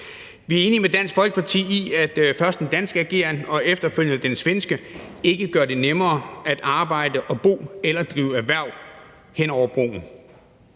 Vi er enige med Dansk Folkeparti i, at først den danske ageren og efterfølgende den svenske ikke gør det nemmere at arbejde og bo eller drive erhverv hen over broen.